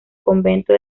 convento